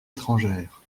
étrangères